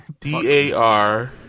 D-A-R